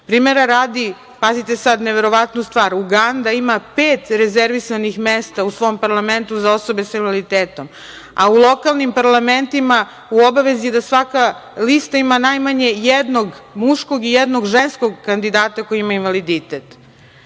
Primera radi, pazite sada neverovatnu stvar, Uganda ima pet rezervisanih mesta u svom parlamentu za osobe sa invaliditetom, a u lokalnim parlamentima u obavezi je da svaka lista ima najmanje jednog muškog i jednog ženskog kandidata koji ima invaliditet. Zbog